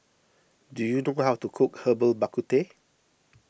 do you know how to cook Herbal Bak Ku Teh